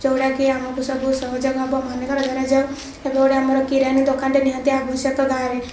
ଯୋଉଁଟାକି ଆମକୁ ସବୁ ସହଯୋଗ ହେବ ମନେକର ଧରାଯାଉ ଏବେ ଗୋଟିଏ ଆମର କିରାଣୀ ଦୋକାନ ନିହାତି ଆବଶ୍ୟକ ଗାଁରେ